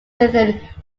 within